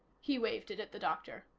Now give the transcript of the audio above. he waved it at the doctor.